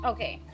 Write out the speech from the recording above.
Okay